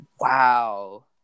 Wow